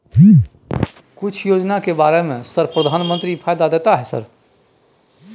कुछ योजना के बारे में सर प्रधानमंत्री फायदा देता है सर?